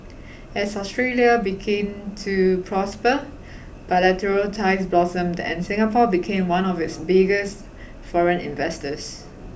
as Australia begin to prosper bilateral ties blossomed and Singapore became one of its biggest foreign investors